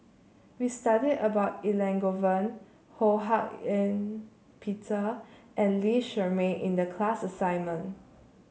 we studied about Elangovan Ho Hak Ean Peter and Lee Shermay in the class assignment